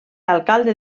alcalde